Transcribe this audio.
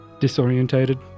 disorientated